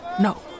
No